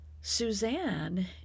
Suzanne